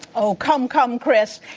oh, come, come kris.